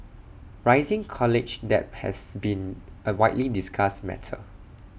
rising college debt has been A widely discussed matter